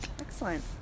excellent